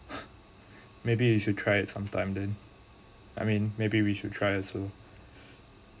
maybe you should try it sometime then I mean maybe we should try also